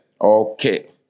Okay